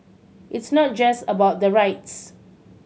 it's not just about the rights